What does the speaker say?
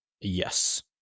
Yes